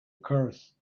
curse